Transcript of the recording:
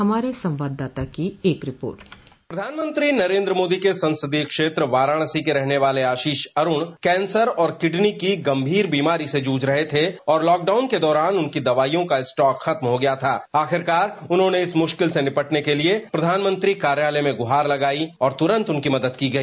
हमारे संवाददाता की एक रिपोर्ट प्रधानमंत्री नरेंद्र मोदी के संसदीय क्षेत्र वाराणसी के रहने वाले आशीष अरुण कैंसर और किडनी की गंभीर बीमारी से जूझ रहे थे और लॉक डाउन के दौरान उनकी दवाइयों का स्टॉक खत्म हो गया था आखिरकार उन्होंने इस मुश्किल से निपटने के लिए प्रधानमंत्री कार्यालय में गुहार लगाई और तुरंत उनकी मदद की गई